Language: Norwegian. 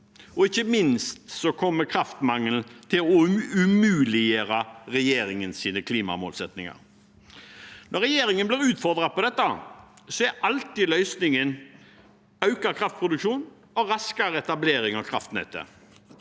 Ikke minst kommer kraftmangelen til å umuliggjøre regjeringens klimamålsettinger. Når regjeringen blir utfordret på dette, er løsningen alltid økt kraftproduksjon og raskere etablering av kraftnettet.